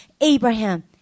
Abraham